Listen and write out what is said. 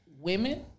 women